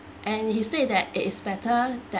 and he said that it is better that